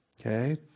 Okay